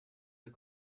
his